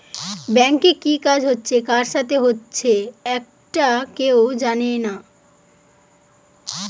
ব্যাংকে কি কাজ হচ্ছে কার সাথে হচ্চে একটা কেউ জানে না